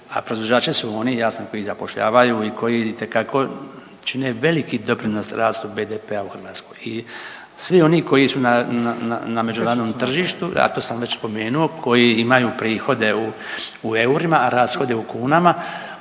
a proizvođači su oni jasno koji zapošljavaju i koji itekako čine veliki doprinos rastu BDP-a u Hrvatskoj i svi oni koji su na međunarodnom tržištu, a to sam već spomenuo, koji imaju prihode u eurima, a rashode u kunama